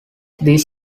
these